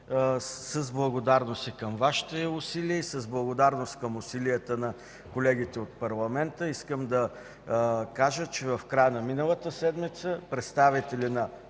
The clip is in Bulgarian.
С благодарност към Вашите усилия и с благодарност към усилията на колегите от парламента искам да кажа, че в края на миналата седмица представители на